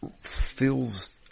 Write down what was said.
feels